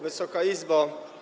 Wysoka Izbo!